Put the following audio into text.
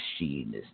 machine